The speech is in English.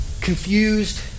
Confused